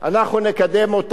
אנחנו נקדם אותה,